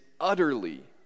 utterly